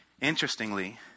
Interestingly